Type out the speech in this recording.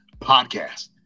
Podcast